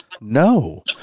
No